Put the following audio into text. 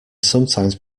sometimes